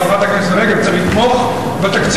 חברת הכנסת רגב, צריך לתמוך בתקציב.